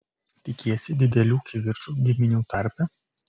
tikiesi didelių kivirčų giminių tarpe